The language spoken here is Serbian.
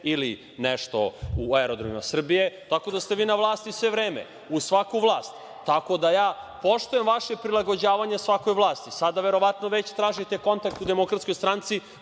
ili nešto u aerodromima Srbije, tako da ste vi na vlasti sve vreme, uz svaku vlast. Poštujem vaše prilagođavanje svakoj vlasti. Sada, verovatno, već tražite kontakt u Demokratskoj stranci,